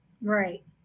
right